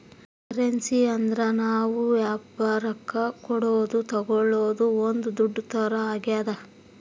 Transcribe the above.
currency ಅಂದ್ರ ನಾವ್ ವ್ಯಾಪರಕ್ ಕೊಡೋದು ತಾಗೊಳೋದು ಒಂದ್ ದುಡ್ಡು ತರ ಆಗ್ಯಾದ